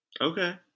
Okay